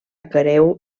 creu